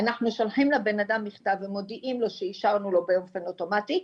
אנחנו שולחים לבן אדם מכתב ומודיעים לו שאישרנו לו באופן אוטומטי,